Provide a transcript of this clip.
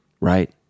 Right